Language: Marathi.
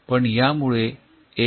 पण यामुळे एक रोचक तथ्य समोर येते